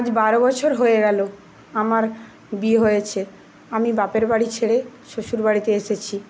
আজ বারো বছর হয়ে গেলো আমার বিয়ে হয়েছে আমি বাপের বাড়ি ছেড়ে শ্বশুরবাড়িতে এসেছি